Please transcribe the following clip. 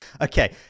okay